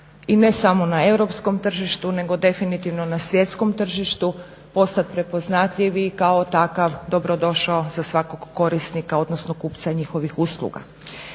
i ne samo na europskom tržištu nego definitivno na svjetskom tržištu postat prepoznatljiv i kao takav dobro došao za svakog korisnika odnosno kupca njihovih usluga.